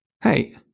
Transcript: Hey